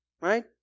right